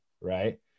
right